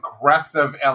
aggressive